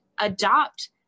adopt